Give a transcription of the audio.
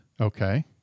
Okay